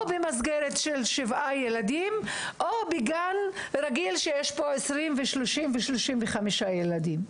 במסגרת של שבעה ילדים או בגן רגיל שיש בו 20 ו-30 ו-35 ילדים.